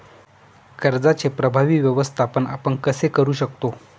कर्जाचे प्रभावी व्यवस्थापन आपण कसे करु शकतो?